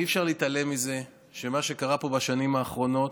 אי-אפשר להתעלם מזה שבמה שקרה פה בשנים האחרונות,